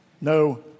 no